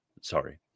sorry